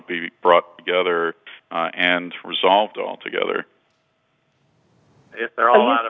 be brought together and resolved altogether if there are a lot